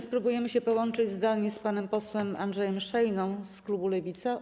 Spróbujemy się połączyć zdalnie z panem posłem Andrzejem Szejną z klubu Lewica.